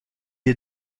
est